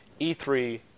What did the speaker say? E3